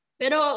pero